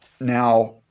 Now